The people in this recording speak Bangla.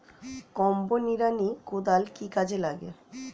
কম্বো নিড়ানি কোদাল কি কাজে লাগে?